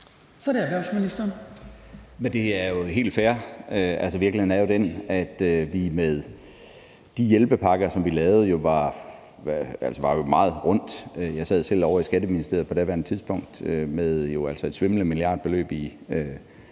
Kl. 19:10 Erhvervsministeren (Morten Bødskov): Det er jo helt fair. Virkeligheden er den, at vi med de hjælpepakker, som vi lavede, var meget rundt. Jeg sad selv ovre i Skatteministeriet på daværende tidspunkt med et svimlende milliardbeløb i